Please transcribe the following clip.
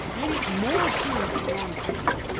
maybe it's more true than nonfiction.